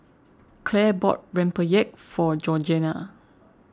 Clair bought Rempeyek for Georgiana